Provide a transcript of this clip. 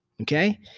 Okay